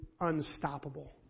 unstoppable